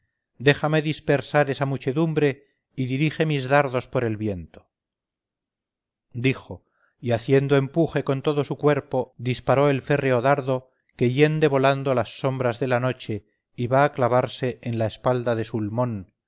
déjame dispersar esa muchedumbre y dirige mis dardos por el viento dijo y haciendo empuje con todo su cuerpo disparó el férreo dardo que hiende volando las sombras de la noche y va a clavarse en la espalda de sulmón